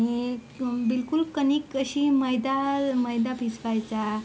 आणि बिलकुल कणिक अशी मैदा मैदा भिजवायचा